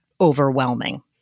overwhelming